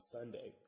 Sunday